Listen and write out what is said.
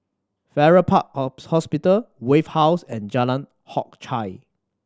Farrer Park Hospital Wave House and Jalan Hock Chye